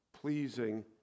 pleasing